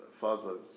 Father's